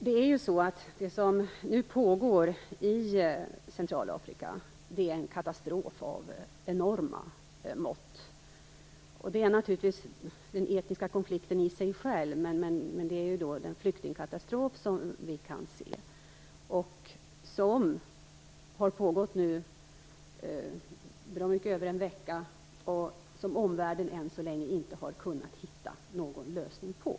Det som nu pågår i Centralafrika är en katastrof av enorma mått. Det gäller naturligtvis den etniska konflikten i sig, men också den flyktingkatastrof som har inträffat. Den har nu pågått i bra mycket över en vecka, och omvärlden har ännu så länge inte kunnat hitta någon bra lösning på den.